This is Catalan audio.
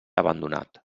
abandonat